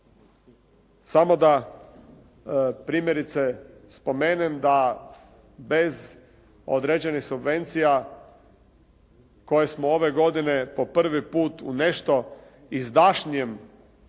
Samo da primjerice spomenem da bez određenih subvencija koje smo ove godine po prvi put u nešto izdašnijem